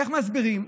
איך מסבירים?